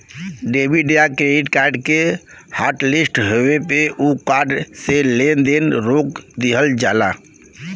debit या credit card के hotlist होये पे उ कार्ड से लेन देन रोक दिहल जाला